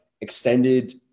extended